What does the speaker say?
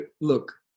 look